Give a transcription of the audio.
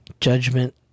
Judgment